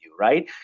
right